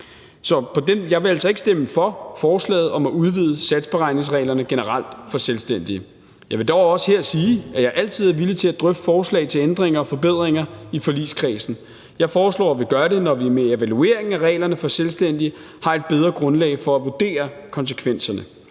jeg vil altså ikke stemme for forslaget om at udvide satsberegningsreglerne generelt for selvstændige. Jeg vil dog også her sige, at jeg altid er villig til at drøfte forslag til ændringer og forbedringer i forligskredsen. Jeg foreslår, at vi gør det, når vi med evalueringen af reglerne for selvstændige har et bedre grundlag for at vurdere konsekvenserne.